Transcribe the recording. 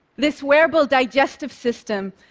this wearable digestive system,